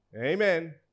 Amen